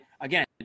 again